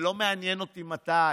ולא מעניין אותי מתי,